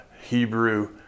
Hebrew